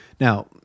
Now